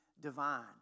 divine